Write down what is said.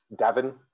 Davin